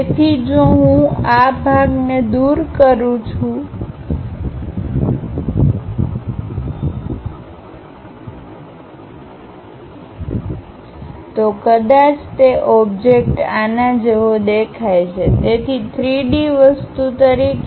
તેથી જો હું ભાગને દૂર કરું છું તો કદાચ તે ઓબ્જેક્ટ આના જેવો દેખાય છે તેથી 3D વસ્તુ તરીકે